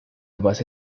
base